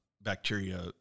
bacteria